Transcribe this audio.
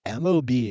MOB